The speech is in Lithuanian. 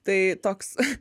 tai toks